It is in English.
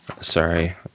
Sorry